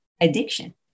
Addiction